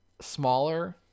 smaller